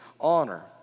honor